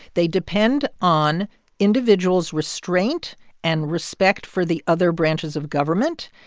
they depend on individuals' restraint and respect for the other branches of government.